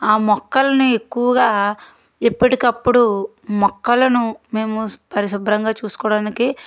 ఆ మొక్కలని ఎక్కువగా ఎప్పటికప్పుడు మొక్కలను మేము పరిశుభ్రంగా చూసుకోవడానికి